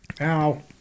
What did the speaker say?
Ow